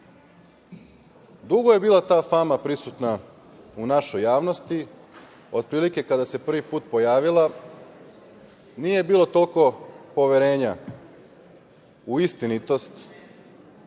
je bila ta fama prisutna u našoj javnosti. Otprilike, kada se prvi put pojavila nije bilo toliko poverenja u istinitost